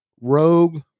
rogue